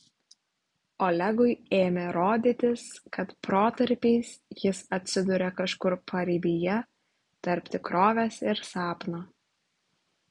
olegui ėmė rodytis kad protarpiais jis atsiduria kažkur paribyje tarp tikrovės ir sapno